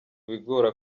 bigora